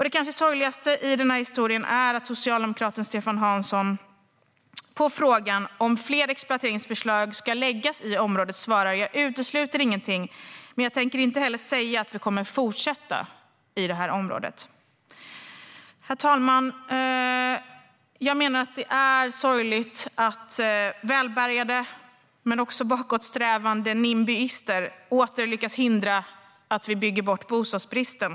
Det kanske sorgligaste i den här historien är att socialdemokraten Stefan Hansson på frågan om fler exploateringsförslag ska läggas fram i området svarar: Jag utesluter ingenting, men jag tänker inte heller säga att vi kommer att fortsätta i det här området. Herr talman! Det är sorgligt att välbärgade och bakåtsträvande "nimbyister" åter lyckas hindra att vi bygger bort bostadsbristen.